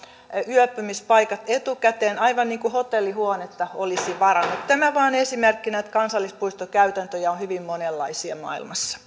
yöpymispaikat etukäteen aivan niin kuin hotellihuonetta olisi varannut tämä vain esimerkkinä että kansallispuistokäytäntöjä on hyvin monenlaisia maailmassa